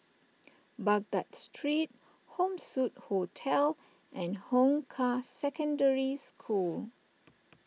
Baghdad Street Home Suite Hotel and Hong Kah Secondary School